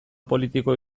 politiko